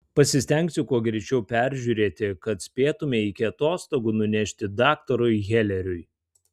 pasistengsiu kuo greičiau peržiūrėti kad spėtumei iki atostogų nunešti daktarui heleriui